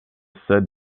said